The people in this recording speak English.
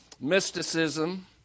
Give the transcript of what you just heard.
Mysticism